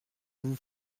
vous